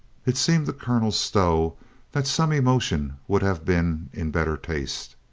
it seemed to colonel stow that some emotion would have been in better taste.